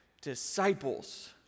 disciples